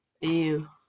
ew